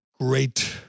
great